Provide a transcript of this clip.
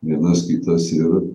vienas kitas ir